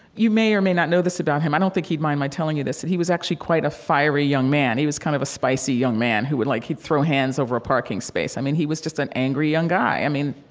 you may or may not know this about him, i don't think he'd mind my telling you this. he was actually quite a fiery young man. he was kind of a spicy young man who would like he'd throw hands over a parking space. i mean, he was just an angry young guy. i mean,